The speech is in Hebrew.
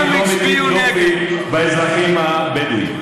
אני לא מטיל דופי באזרחים הבדואים.